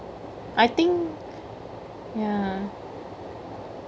I think ya